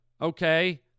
Okay